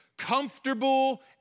comfortable